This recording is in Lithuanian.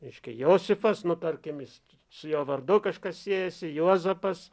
reiškia josifas nu tarkim jis su jo vardu kažkas siejasi juozapas